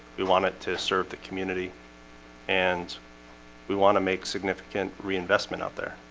we want it to serve the community and we want to make significant reinvestment out there